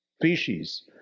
species